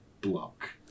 Block